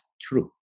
true